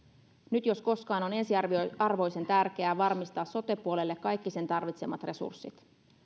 nyt jos koskaan on ensiarvoisen tärkeää varmistaa sote puolelle kaikki sen tarvitsemat resurssit